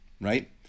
Right